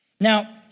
Now